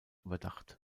überdacht